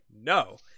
no